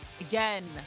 again